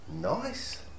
nice